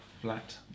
flat